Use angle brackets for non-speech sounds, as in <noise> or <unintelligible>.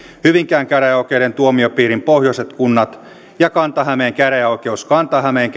hyvinkään käräjäoikeuden tuomiopiirin pohjoiset kunnat ja kanta hämeen käräjäoikeus kanta hämeen <unintelligible>